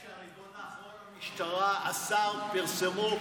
--- המשטרה, השר פרסמו.